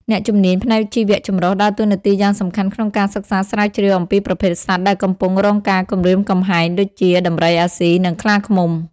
អ្នកជំនាញផ្នែកជីវៈចម្រុះដើរតួនាទីយ៉ាងសំខាន់ក្នុងការសិក្សាស្រាវជ្រាវអំពីប្រភេទសត្វដែលកំពុងរងការគំរាមកំហែងដូចជា ដំរីអាស៊ី និងខ្លាឃ្មុំ។